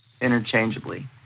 interchangeably